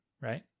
Right